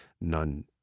none